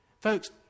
Folks